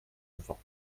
devant